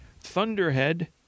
Thunderhead